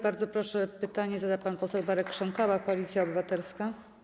Bardzo proszę, pytanie zada pan poseł Marek Krząkała, Koalicja Obywatelska.